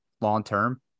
long-term